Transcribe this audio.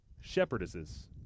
shepherdesses